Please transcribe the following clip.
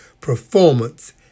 performance